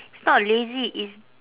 it's not lazy it's